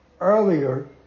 earlier